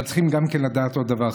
אבל צריכים לדעת עוד דבר,